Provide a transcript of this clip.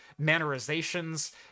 mannerizations